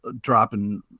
dropping